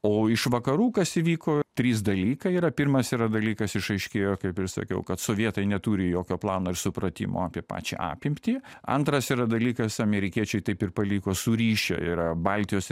o iš vakarų kas įvyko trys dalykai yra pirmas yra dalykas išaiškėjo kaip ir sakiau kad sovietai neturi jokio plano ir supratimo apie pačią apimtį antras yra dalykas amerikiečiai taip ir paliko surišę yra baltijos